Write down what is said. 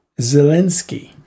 Zelensky